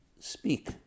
speak